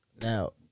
Now